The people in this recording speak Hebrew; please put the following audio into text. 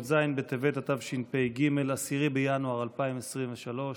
י"ז בטבת התשפ"ג (10 בינואר 2023)